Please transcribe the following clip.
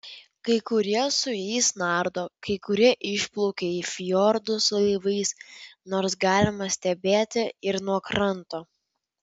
kai kurie su jais nardo kai kurie išplaukia į fjordus laivais nors galima stebėti ir nuo kranto